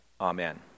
Amen